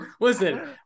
Listen